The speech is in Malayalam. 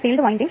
8 ലഭിക്കും